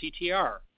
CTR